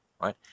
right